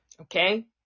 Okay